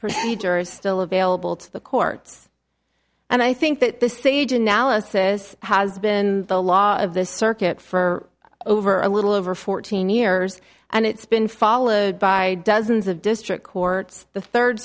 procedure is still available to the courts and i think that the stage analysis has been the law of this circuit for over a little over fourteen years and it's been followed by dozens of district courts the third